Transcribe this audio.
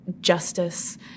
justice